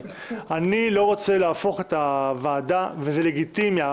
אני לא רוצה להפוך את הוועדה, וזה לגיטימי.